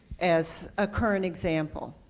as a current example.